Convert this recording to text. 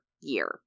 year